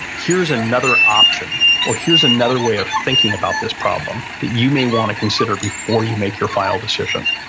here's another option, or, here's another way of thinking about this problem that you may want to consider before you make your final decision.